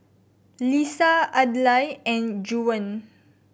Leesa Adlai and Juwan